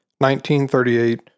1938